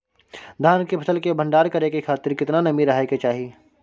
धान की फसल के भंडार करै के खातिर केतना नमी रहै के चाही?